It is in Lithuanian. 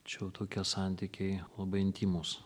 čia jau tokie santykiai labai intymūs